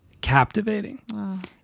captivating